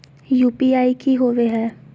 UPI की होवे हय?